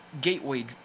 gateway